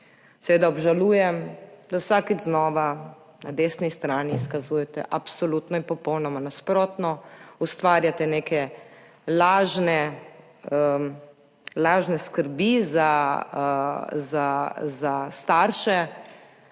obžalujem, da vsakič znova na desni strani izkazujete absolutno in popolnoma nasprotno. Ustvarjate neke lažne skrbi za starše,